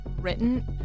written